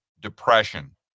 depression